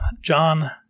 John